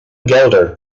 gelder